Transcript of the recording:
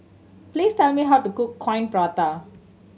please tell me how to cook Coin Prata